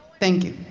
thank you.